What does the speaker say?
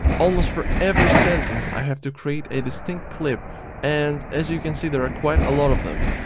almost for every sentence i have to create a distinct clip and as you can see there are quite a lot of them.